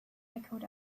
echoed